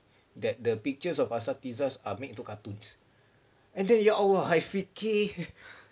that the pictures of asatizah are made into cartoons and then ya !alah! I fikir